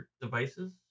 devices